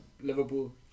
Liverpool